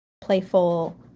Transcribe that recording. playful